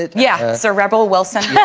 yes a rebel wilson